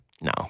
No